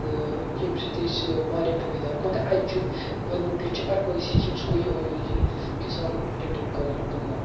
تہٕ ییٚمہِ سۭتۍ اَسہِ واریاہ فٲیدٕ آو مگر اَتہِ چہِ گورمنٹٕچ چھِ اَکٲے سکیٖم سُہ گوٚو یِہوٚے یوت یہِ کسان کریٚڈِٹ کارڈ لون